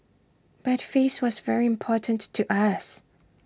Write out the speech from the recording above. but face was very important to us